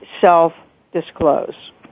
self-disclose